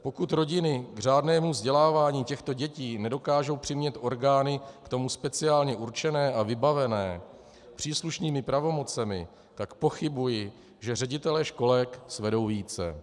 Pokud rodiny k řádnému vzdělávání těchto dětí nedokážou přimět orgány k tomu speciálně určené a vybavené příslušnými pravomocemi, tak pochybuji, že ředitelé školek svedou více.